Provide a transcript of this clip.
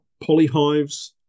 polyhives